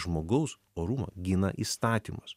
žmogaus orumą gina įstatymas